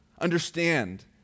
understand